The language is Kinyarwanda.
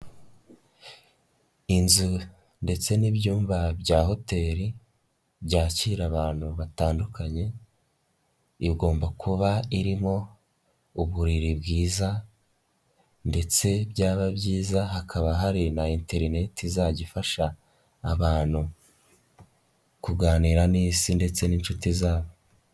Inzu ndetse n'ibyumba bya hoteli byakira abantu batandukanye igomba kuba irimo uburiri bwiza ndetse byaba byiza hakaba hari na interineti izajya ifasha abantu kuganira n'isi ndetse n'inshuti zabo.